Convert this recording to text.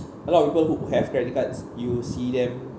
a lot of people who have credit cards you see them